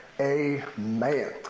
amen